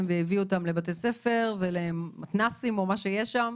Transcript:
והביאו אותם לבתי ספר ולמתנ"סים או מה שיש שם